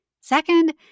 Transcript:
Second